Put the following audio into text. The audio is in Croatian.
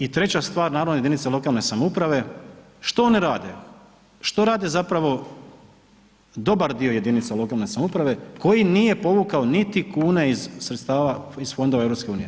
I treća stvar naravno jedinice lokalne samouprave, što one rade, što rade zapravo dobar dio jedinica lokalne samouprave koji nije povukao niti kune iz sredstava, iz fondova EU.